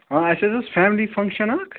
ہاں اَسہِ حظ اوس فیملی فنٛگشَن اَکھ